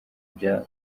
bya